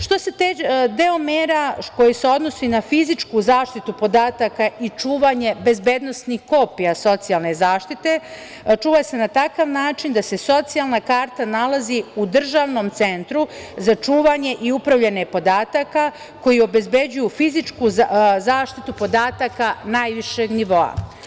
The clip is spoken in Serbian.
Što se tiče deo mera koji se odnosi na fizičku zaštitu podataka i čuvanje bezbednosnih kopija socijalne zaštite, čuva se na takav način da se socijalna karta nalazi u državnom centru za čuvanje i upravljanje podataka koji obezbeđuju fizičku zaštitu podataka najvišeg nivoa.